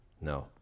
No